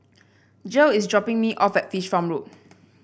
Gil is dropping me off at Fish Farm Road